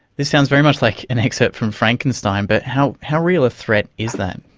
this sounds very much like an excerpt from frankenstein, but how how real a threat is that?